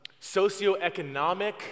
socioeconomic